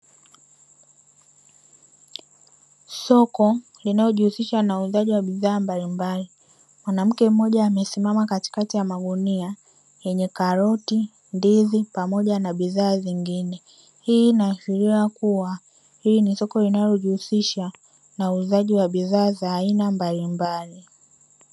Soko linalojihusisha na uuzaji wa bidhaa mbalimbali. Mwanamke mmoja amesimama katikati ya magunia yenye karoti, ndizi, pamoja na bidhaa zingine. Hii inaashiria kuwa hii ni soko linalojihusisha na uuzaji wa bidhaa za aina mbalimbali.